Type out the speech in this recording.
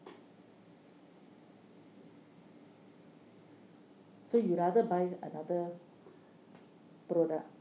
so you rather buy another product